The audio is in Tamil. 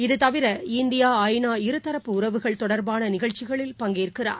இதுதவிர இந்தியா ஐ நா இருதரப்பு உறவுகள் தொடர்பானநிகழ்ச்சிகளில் பங்கேற்கிறார்